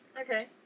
Okay